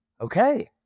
okay